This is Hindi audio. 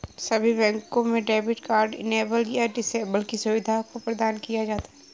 सभी बैंकों में डेबिट कार्ड इनेबल या डिसेबल की सुविधा को प्रदान किया जाता है